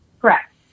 correct